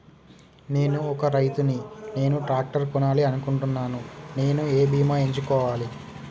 నేను ఒక రైతు ని నేను ట్రాక్టర్ కొనాలి అనుకుంటున్నాను నేను ఏ బీమా ఎంచుకోవాలి?